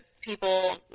people